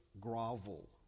grovel